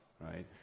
right